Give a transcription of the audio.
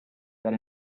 that